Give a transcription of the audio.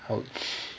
!ouch!